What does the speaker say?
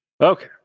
Okay